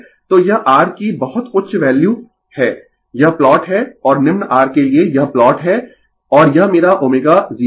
तो यह R की बहुत उच्च वैल्यू है यह प्लॉट है और निम्न R के लिए यह प्लॉट है और यह मेरा ω0 है